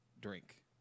drink